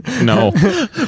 No